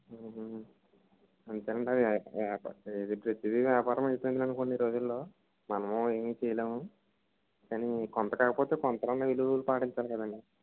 అంతేనండి ఇది ప్రతిదీ వ్యాపారం అయిపోయిందనుకోండి ఈ రోజుల్లో మనము ఏమి చేయలేము కాని కొంత కాకపోతే కొంతైనా విలువలు పాటించాలి కదండి